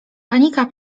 panika